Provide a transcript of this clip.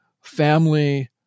family